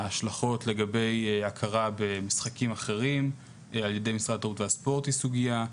ההשלכות לגבי הכרה במשחקים אחרים על ידי משרד התרבות והספורט היא סוגיה,